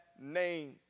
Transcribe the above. name